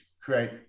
create